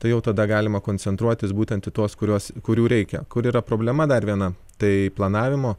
tai jau tada galima koncentruotis būtent į tuos kuriuos kurių reikia kur yra problema dar viena tai planavimo